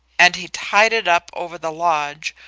and he tied it up over the lodge,